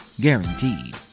Guaranteed